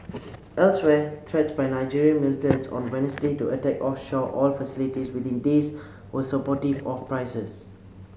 elsewhere threats by Nigerian militants on Wednesday to attack offshore oil facilities within days were supportive of prices